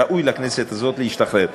ראוי לכנסת הזאת להשתחרר מזה,